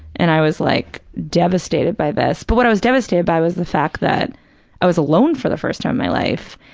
and i was like devastated by this. but what i was devastated by was the fact that i was alone for the first time in my life,